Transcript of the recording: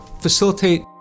facilitate